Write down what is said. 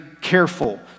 careful